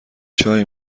چای